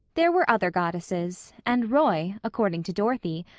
there were other goddesses, and roy, according to dorothy,